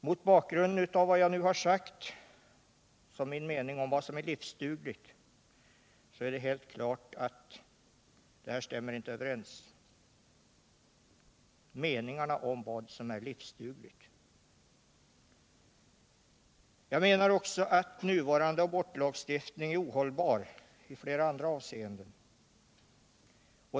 Mot bakgrund av vad jag anfört som min mening när det gäller vad som är livsdugligt står det helt klart att meningarna här inte stämmer överens. Jag anser också att nuvarande abortlagstiftning är ohållbar i flera andra avseenden.